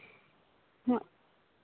ᱦᱮᱸ